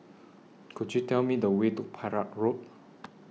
Could YOU Tell Me The Way to Perak Road